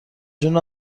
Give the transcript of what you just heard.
جون